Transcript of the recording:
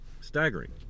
Staggering